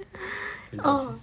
orh